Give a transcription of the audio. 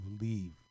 leave